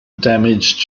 damaged